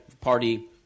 party